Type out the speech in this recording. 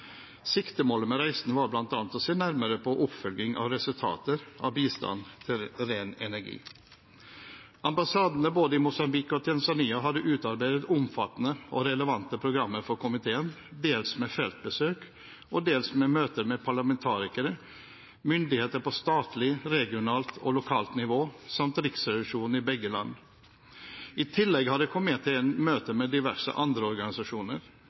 Siktemålet med reisen var bl.a. å se nærmere på oppfølging av resultater av bistand til ren energi. Ambassadene både i Mosambik og Tanzania hadde utarbeidet omfattende og relevante programmer for komiteen, dels med feltbesøk og dels med møter med parlamentarikere, myndigheter på statlig, regionalt og lokalt nivå samt riksrevisjonen i begge land. I tillegg hadde komiteen møte med diverse andre organisasjoner,